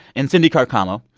and cindy carcamo,